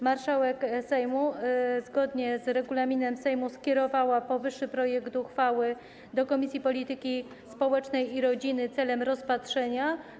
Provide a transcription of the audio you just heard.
Marszałek Sejmu, zgodnie z regulaminem Sejmu, skierowała powyższy projekt uchwały do Komisji Polityki Społecznej i Rodziny celem rozpatrzenia.